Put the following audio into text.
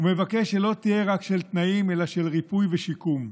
ומבקש שלא תהיה רק של תנאים אלא של ריפוי ושיקום,